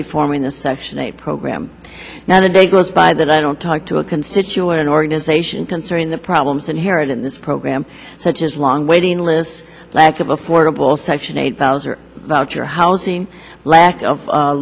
reforming the section eight program now the day goes by that i don't talk to a constituent an organization concerning the problems inherent in this program such as long waiting lists lack of affordable section eight thousand about your housing lack of